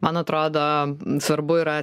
man atrodo svarbu yra